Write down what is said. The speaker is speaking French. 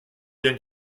bien